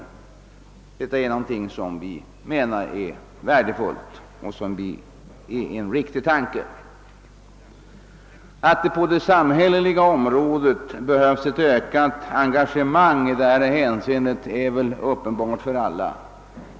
Detta anser vi vara värdefullt och en riktig tanke. Att det på det samhälleliga området behövs ett ökat engagemang i detta hänseende, är väl uppenbart för alla.